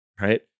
right